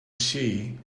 see